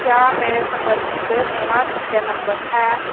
क्या मेरे संपर्क च नेहा शेल्के नंबर है